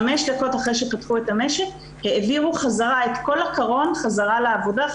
חמש דקות אחרי שפתחו את המשק העבירו את כל הקרון חזרה לעבודה,